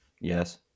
yes